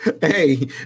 Hey